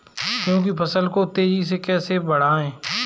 गेहूँ की फसल को तेजी से कैसे बढ़ाऊँ?